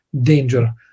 danger